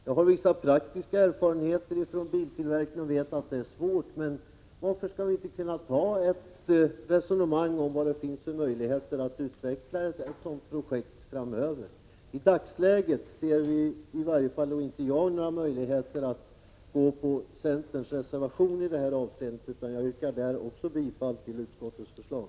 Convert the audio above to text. Jag har vissa praktiska erfarenheter från biltillverkning och vet att det är svårt, men varför kan vi inte ta ett resonemang om vilka möjligheter det finns att utveckla ett sådant projekt framöver. I dagsläget anser jag inte att det är möjligt att gå med på centerns reservation i detta avseende, utan jag yrkar även där bifall till utskottets förslag.